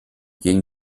gegen